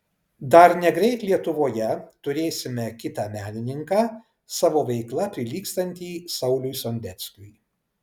dar negreit lietuvoje turėsime kitą menininką savo veikla prilygstantį sauliui sondeckiui